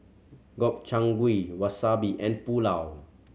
Gobchang Gui Wasabi and Pulao